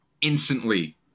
instantly